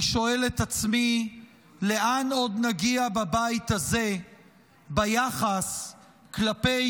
אני שואל את עצמי לאן עוד נגיע בבית הזה ביחס כלפי